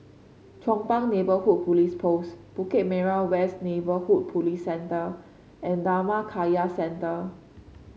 Chong Pang Neighbourhood Police Post Bukit Merah West Neighbourhood Police Centre and Dhammakaya Centre